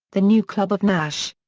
the new club of nash.